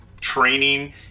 training